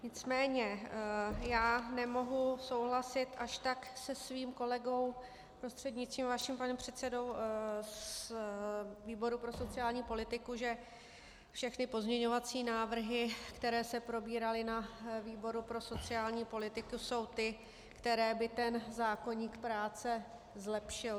Nicméně já nemohu souhlasit až tak se svým kolegou, prostřednictvím vaším, panem předsedou z výboru pro sociální politiku, že všechny pozměňovací návrhy, které se probíraly na výboru pro sociální politiku, jsou ty, které by ten zákoník práce zlepšily.